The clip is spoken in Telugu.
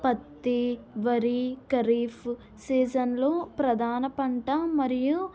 పత్తి వరి ఖరీఫ్ సీజన్ లో ప్రధాన పంట మరియు